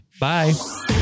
Bye